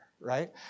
right